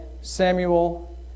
Samuel